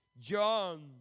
John